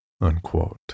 Unquote